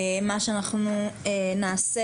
מה שאנחנו נעשה,